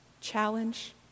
Challenge